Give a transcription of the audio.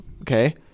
okay